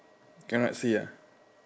cannot see ah